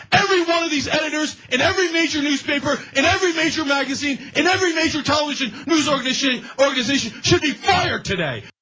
every one of the these editors in every major newspaper, in every major magazine, in every major television news organization organization should be fired today.